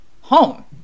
home